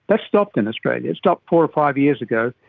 but stopped in australia, stopped four or five years ago,